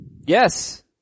Yes